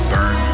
Burn